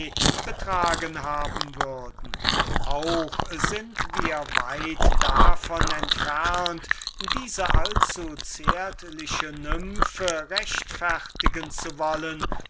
betragen haben würden auch sind wir weit davon entfernt diese allzuzärtliche nymphe entschuldigen zu wollen